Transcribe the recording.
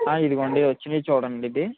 ఇదిగోండి వచ్చి మీరు చూడండి ఇది